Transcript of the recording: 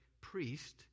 priest